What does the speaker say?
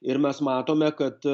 ir mes matome kad